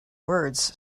words